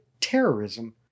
terrorism